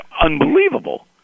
unbelievable